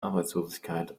arbeitslosigkeit